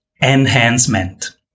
Enhancement